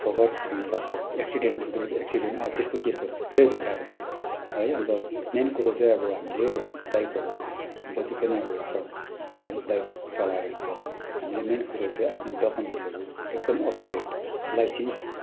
ठोक्कर खानु सक्छ एक्सिडेन्ट ठुल्ठुलो एक्सिडेन्ट आ त्यस्तो केसहरू थुप्रै भइरहेको छ है अन्त मेन कुरो चाहिँ अब हामीले बाइकहरू जति पनि अब छ है बाइक चलाएर हिँड्छ हामीले मेन कुरो चाहिँ आफ्नो डकुमेन्ट्सहरू एकदम अपटुडेट लाइसेन्स